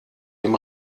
dem